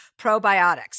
probiotics